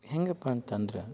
ಹೇಗಪ್ಪ ಅಂತಂದ್ರೆ